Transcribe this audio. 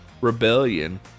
rebellion